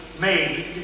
made